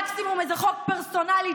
מקסימום איזה חוק פרסונלי,